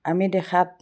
আমি দেখাত